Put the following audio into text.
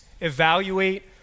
Evaluate